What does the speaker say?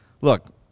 look